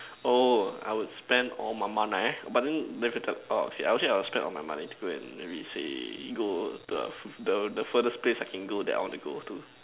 oh I would spend all my money but then okay I would say I would spend all my money to go and maybe say go to the the the furthest place I can go that I want to go to